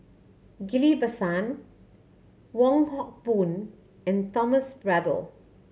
Ghillie Basan Wong Hock Boon and Thomas Braddell